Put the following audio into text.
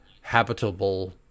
habitable